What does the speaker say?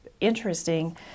interesting